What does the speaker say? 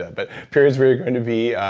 but periods where you're going to be